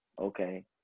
okay